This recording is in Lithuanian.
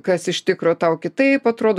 kas iš tikro tau kitaip atrodo